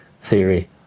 theory